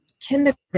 kindergarten